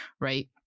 Right